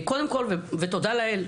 תודה לאל,